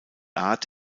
art